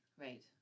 Right